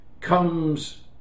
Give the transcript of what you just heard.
comes